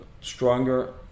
stronger